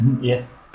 Yes